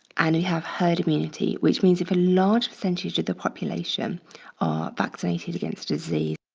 and we have herd immunity which means if a large percentage of the population are vaccinated against disease,